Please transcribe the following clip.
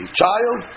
child